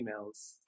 emails